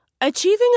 achieving